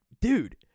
dude